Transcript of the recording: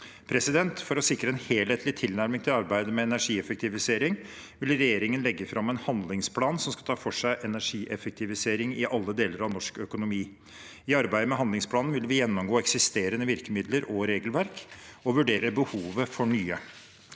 å være. For å sikre en helhetlig tilnærming til arbeidet med energieffektivisering vil regjeringen legge fram en handlingsplan som skal ta for seg energieffektivisering i alle deler av norsk økonomi. I arbeidet med handlingsplanen vil vi gjennomgå eksisterende virkemidler og regelverk og vurdere behovet for nye.